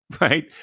right